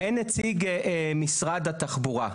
אין נציג משרד התחבורה.